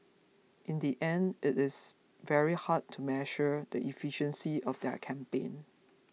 in the end it is very hard to measure the efficiency of their campaign